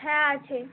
হ্যাঁ আছে